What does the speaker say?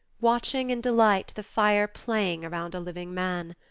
watching in delight the fire playing around a living man.